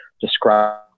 describe